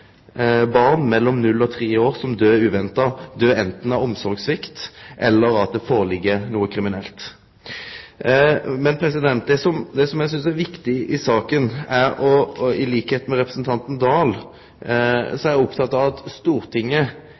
barn mellom 0 og 3 år som døyr uventa, døyr anten av omsorgssvikt eller fordi det ligg føre noko kriminelt? Til det eg synest er viktig i saka: Til liks med representanten Oktay Dahl er eg oppteken av at Stortinget